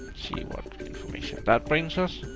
see what information that brings us.